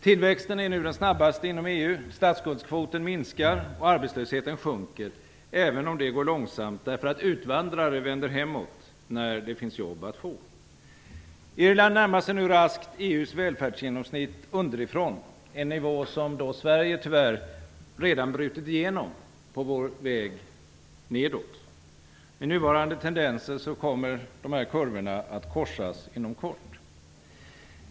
Tillväxten är nu den snabbaste inom EU, statsskuldskvoten minskar och arbetslösheten sjunker, även om det går långsamt därför att utvandrare vänder hemåt när det finns jobb att få. Irland närmar sig nu raskt EU:s välfärdsgenomsnitt underifrån - en nivå som Sverige tyvärr redan brutit igenom på sin väg nedåt. Med nuvarande tendenser kommer dessa kurvor att korsas inom kort.